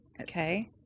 Okay